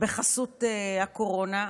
בחסות הקורונה.